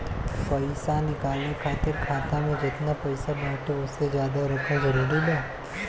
पईसा निकाले खातिर खाता मे जेतना पईसा बाटे ओसे ज्यादा रखल जरूरी बा?